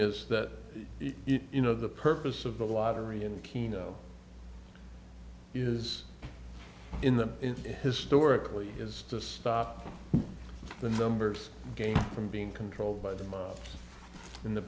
is that you know the purpose of the lottery in keno it is in the historically is to stop the numbers game from being controlled by them in the